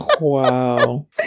Wow